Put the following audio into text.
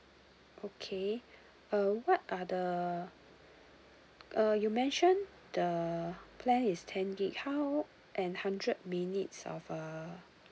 okay uh what are the uh you mentioned the plan is ten G_B how and hundred minutes of uh